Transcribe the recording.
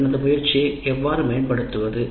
எனது முயற்சியை எவ்வாறு மேம்படுத்துவது